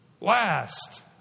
last